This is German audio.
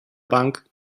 bank